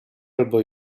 albo